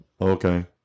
Okay